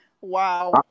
wow